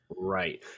Right